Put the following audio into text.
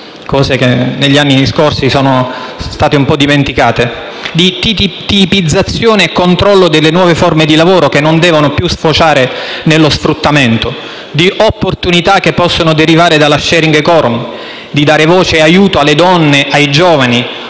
cose che negli anni scorsi sono state un po' dimenticate. Ha parlato di tipizzazione e controllo delle nuove forme di lavoro, che non devono più sfociare nello sfruttamento; di opportunità che possono derivare dalla *sharing economy*; di dare voce e aiuto alle donne e ai giovani;